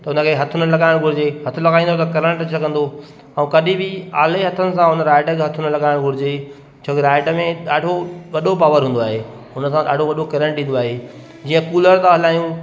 त हुनखे हथ न लॻाइणु घुरिजे हथु लॻाईंदव त करंट जगंदो ऐं कॾहिं बि आले हथनि सां उन राड खे हथ न लॻाइणु घुरिजे छोकी राड में ॾाढो वॾो पावर हूंदो आहे हुनसां ॾाढो वॾो करंट ईंदो आहे जीअं कूलर था हलायूं